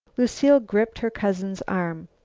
lucile gripped her cousin's arm.